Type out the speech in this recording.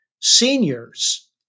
Seniors